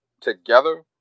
together